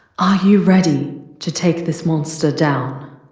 are you ready to take this monster down